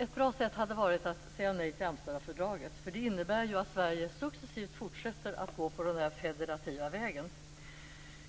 Ett bra sätt hade varit att säga nej till Amsterdamfördraget, för det innebär ju att Sverige successivt fortsätter att gå på den federativa vägen.